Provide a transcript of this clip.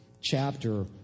chapter